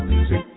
Music